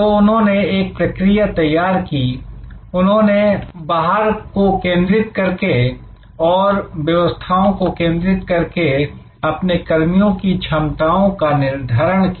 तो उन्होंने एक प्रक्रिया तैयार की उन्होंने बाजार को केंद्रित करके और व्यवस्थाओं को केंद्रित करके अपने कर्मियों की क्षमताओं का निर्धारण किया